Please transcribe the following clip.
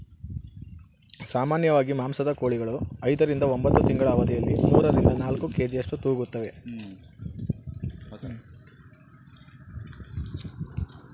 ಸಾಮಾನ್ಯವಾಗಿ ಮಾಂಸದ ಕೋಳಿಗಳು ಐದರಿಂದ ಒಂಬತ್ತು ತಿಂಗಳ ಅವಧಿಯಲ್ಲಿ ಮೂರರಿಂದ ನಾಲ್ಕು ಕೆ.ಜಿಯಷ್ಟು ತೂಗುತ್ತುವೆ